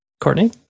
Courtney